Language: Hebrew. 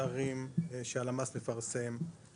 הנוכחים על תואריהם מבוססת על המידה שהוזן במערכת המוזמנים